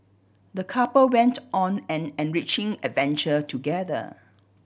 the couple went on an enriching adventure together